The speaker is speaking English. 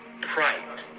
pride